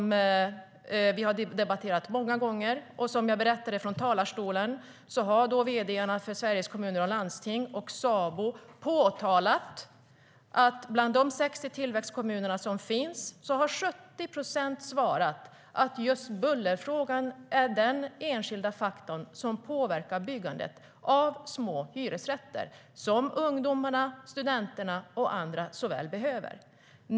Den frågan har vi debatterat många gånger. Jag berättade från talarstolen att vd:arna för Sveriges Kommuner och Landsting och Sabo påtalat att bland de 60 tillväxtkommunerna har 70 procent svarat att just bullerfrågan är den enskilda faktorn som påverkar byggandet av små hyresrätter, som ungdomarna, studenterna och andra så väl behöver.